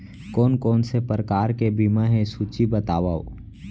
कोन कोन से प्रकार के बीमा हे सूची बतावव?